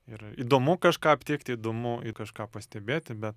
ir įdomu kažką aptikti įdomu i kažką pastebėti bet